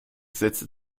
setzte